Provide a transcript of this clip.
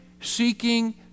seeking